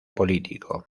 político